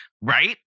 Right